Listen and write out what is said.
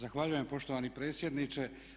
Zahvaljujem poštovani predsjedniče.